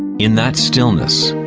in that stillness,